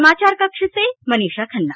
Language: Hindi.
समाचार कक्ष से मनीषा खन्ना